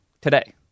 today